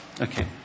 Okay